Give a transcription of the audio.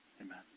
Amen